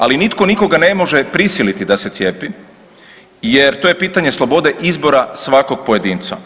Ali nitko nikoga ne može prisiliti da se cijepi jer to je pitanje slobode izbora svakog pojedinca.